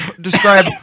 describe